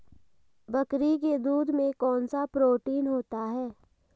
बकरी के दूध में कौनसा प्रोटीन होता है?